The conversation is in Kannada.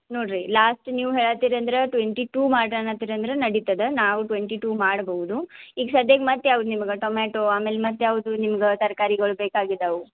ನೋಡಿರಿ ಲಾಸ್ಟ್ ನೀವು ಹೇಳತ್ತಿರಿ ಅಂದ್ರೆ ಟ್ವೆಂಟಿ ಟು ಮಾಡಣ ಅಂತೀರಂದ್ರೆ ನಡೀತದೆ ನಾವು ಟ್ವೆಂಟಿ ಟು ಮಾಡ್ಬೌದು ಈಗ ಸದ್ಯಕ್ಕೆ ಮತ್ತೆ ಯಾವ್ದು ನಿಮಗೆ ಟೊಮ್ಯಾಟೊ ಆಮೇಲೆ ಮತ್ತೆ ಯಾವುದು ನಿಮ್ಗೆ ತರ್ಕಾರಿಗಳು ಬೇಕಾಗಿದಾವೆ